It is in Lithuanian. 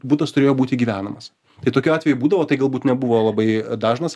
butas turėjo būti gyvenamas tai tokių atvejų būdavo tai galbūt nebuvo labai dažnas